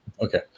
Okay